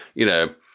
you know,